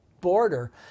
border